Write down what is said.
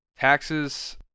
Taxes